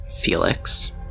Felix